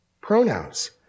pronouns